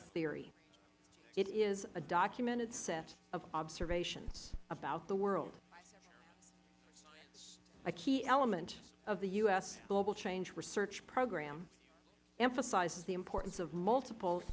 a theory it is a documented set of observations about the world a key element of the u s global change research program emphasizes the importance of multiple